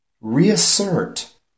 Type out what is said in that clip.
reassert